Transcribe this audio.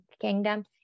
kingdom